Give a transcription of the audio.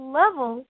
level